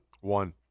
one